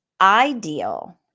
Ideal